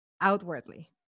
outwardly